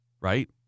right